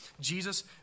Jesus